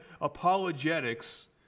apologetics